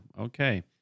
okay